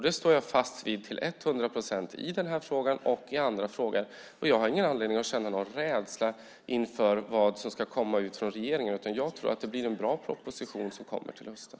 Det står jag fast vid till etthundra procent i den här frågan och i andra frågor. Jag har ingen anledning att känna någon rädsla inför vad som ska komma från regeringen, utan jag tror att det blir en bra proposition som kommer till hösten.